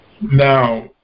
Now